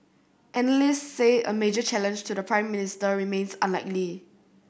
analysts say a major challenge to the Prime Minister remains unlikely